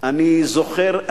אני זוכר.